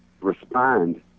respond